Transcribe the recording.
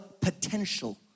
potential